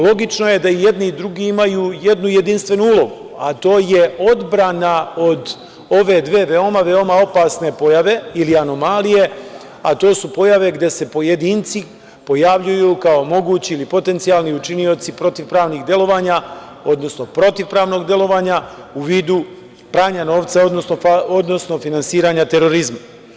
Logično je da i jedni i drugi imaju jednu jedinstvenu ulogu, a to je odbrana od ove dve veoma opasne pojave ili anomalije, a to su pojave gde se pojedinci pojavljuju kao mogući ili potencijalni učinioci protivpravnih delovanja, odnosno protivpravnog delovanja, u vidu pranja novca, odnosno finansiranja terorizma.